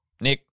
Nick